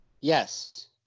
Yes